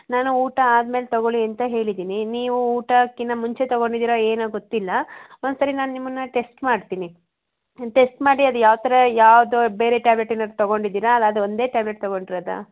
ನಾನು ಊಟ ಆದ್ಮೇಲೆ ತೊಗೊಳಿ ಅಂತ ಹೇಳಿದೀನಿ ನೀವು ಊಟಕ್ಕಿಂತ ಮುಂಚೆ ತೊಗೊಂಡಿದಿರ ಏನೋ ಗೊತ್ತಿಲ್ಲ ಒಂದು ಸರಿ ನಾನು ನಿಮ್ಮನ್ನ ಟೆಸ್ಟ್ ಮಾಡ್ತೀನಿ ಟೆಸ್ಟ್ ಮಾಡಿ ಅದು ಯಾವ ಥರ ಯಾವುದು ಬೇರೆ ಟ್ಯಾಬ್ಲೆಟ್ ಏನಾದರೂ ತೊಗೊಂಡಿದಿರಾ ಅಲ್ಲ ಅದು ಒಂದೇ ಟ್ಯಾಬ್ಲೆಟ್ ತೊಗೊಂಡಿರದ